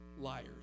liars